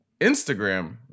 Instagram